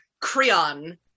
Creon